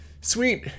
sweet